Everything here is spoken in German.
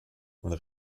und